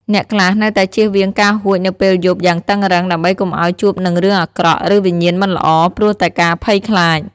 អ្នកខ្លះនៅតែជៀសវាងការហួចនៅពេលយប់យ៉ាងតឹងរ៉ឹងដើម្បីកុំឲ្យជួបនឹងរឿងអាក្រក់ ឬវិញ្ញាណមិនល្អ ព្រោះតែការភ័យខ្លាច។